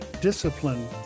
discipline